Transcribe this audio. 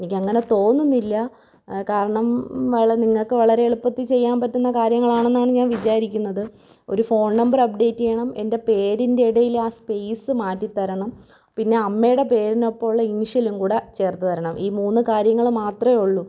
എനിക്കങ്ങനെ തോന്നുന്നില്ല കാരണം വളരെ നിങ്ങൾക്ക് വളരെ എളുപ്പത്തിൽ ചെയ്യാൻ പറ്റുന്ന കാര്യങ്ങളാണെന്നാണ് ഞാൻ വിചാരിക്കുന്നത് ഒരു ഫോൺ നമ്പർ അപ്പ്ഡേറ്റ് ചെയ്യണം എൻ്റെ പേരിൻറ്റിടയിലെ ആ സ്പേസ് മാറ്റി തരണം പിന്നെ അമ്മയുടെ പേരിനൊപ്പമുള്ള ഇനീഷ്യലും കൂടി ചേർത്ത് തരണം ഈ മൂന്ന് കാര്യങ്ങൾ മാത്രമേ ഉള്ളു